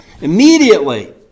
Immediately